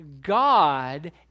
God